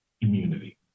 immunity